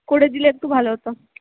করে দিলে একটু ভালো হতো